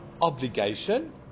obligation